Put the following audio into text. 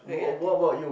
that kind of thing